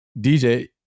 DJ